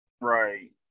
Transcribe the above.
Right